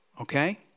Okay